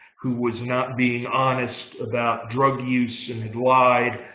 who was not being honest about drug use and had lied.